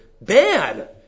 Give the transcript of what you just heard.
bad